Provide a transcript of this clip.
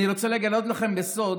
אני רוצה לגלות לכם בסוד